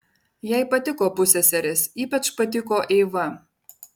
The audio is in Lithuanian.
jai patiko pusseserės ypač patiko eiva